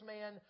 man